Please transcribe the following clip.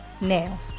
Now